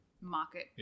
market